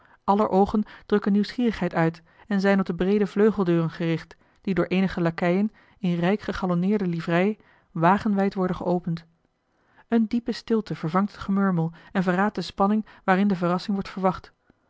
aller oogen drukken nieuwsgierigheid uit en zijn op de breede vleugeldeuren gericht die door eenige lakeien in rijk gegalonneerde livrei wagenwijd worden geopend eene diepe stilte vervangt het gemurmel en verraadt de spanning waarin de verrassing wordt verwacht